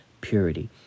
purity